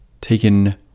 taken